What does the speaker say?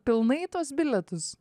pilnai tuos bilietus